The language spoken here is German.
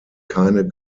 keine